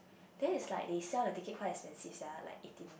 then it's like they sell the ticket quite expensive sia like eighteen